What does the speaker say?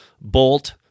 Bolt